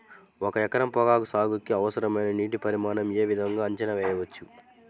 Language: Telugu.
ఒక ఎకరం పొగాకు సాగుకి అవసరమైన నీటి పరిమాణం యే విధంగా అంచనా వేయవచ్చు?